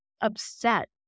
upset